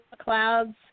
clouds